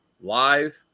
live